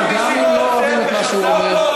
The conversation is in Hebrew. גם אם לא אוהבים את מה שהוא אומר.